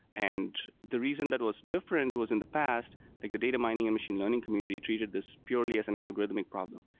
and the reason that was different was in the past, like the data mining and machine learning community treated this purely as an algorithmic problem.